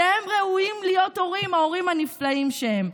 שהם ראויים להיות הורים, ההורים הנפלאים שהם.